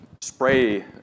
spray